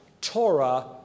Torah